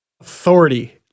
authority